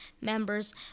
members